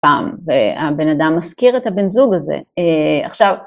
פעם, והבן אדם מזכיר את הבן זוג הזה. עכשיו,